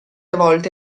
volte